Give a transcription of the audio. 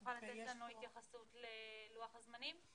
תוכל לתת לנו התייחסות ללוח הזמנים.